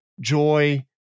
joy